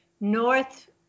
north